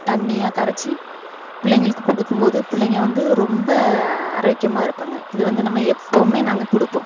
தண்ணியாக கரைச்சி பிள்ளைங்களுக்கு கொடுக்கும்போது பிள்ளைங்க வந்து ரொம்ப ஆரோக்கியமாக இருப்பாங்க இது வந்து நம்ம எப்பவுமே நாங்கள் கொடுப்போம்